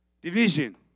division